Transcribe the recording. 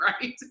right